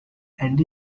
and